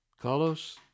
Carlos